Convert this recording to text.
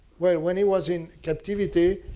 well, when he was in captivity,